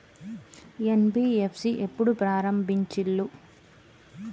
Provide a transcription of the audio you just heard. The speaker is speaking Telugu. ఎన్.బి.ఎఫ్.సి ఎప్పుడు ప్రారంభించిల్లు?